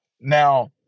Now